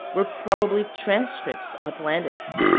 were probably transcripts of atlantis.